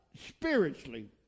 spiritually